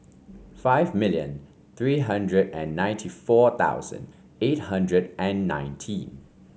five million three hundred and ninety four thousand eight hundred and ninety